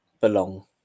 belong